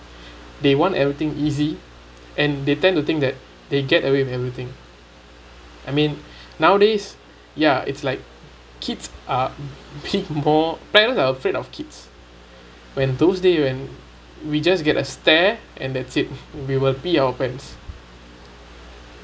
they want everything easy and they tend to think that they get away with everything I mean nowadays ya it's like kids are kids more parent are afraid of kids when those day when we just get a stare and that's it we will be an offense